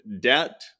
debt